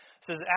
says